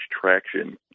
traction